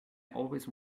always